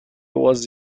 was